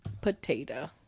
potato